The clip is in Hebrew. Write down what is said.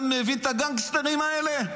אתה מבין את הגנגסטרים האלה?